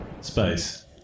Space